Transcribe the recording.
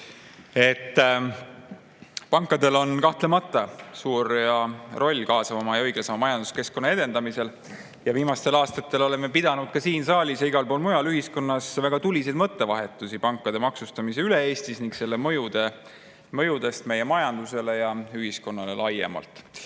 Pankadel on kahtlemata suur roll kaasavama ja õiglasema majanduskeskkonna edendamisel. Viimastel aastatel oleme pidanud ka siin saalis ja igal pool mujal ühiskonnas väga tuliseid mõttevahetusi pankade maksustamise üle Eestis ning selle mõjudest meie majandusele ja ühiskonnale laiemalt.